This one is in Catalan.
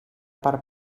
per